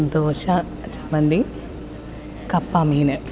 ദോശ ചമ്മന്തി കപ്പ മീൻ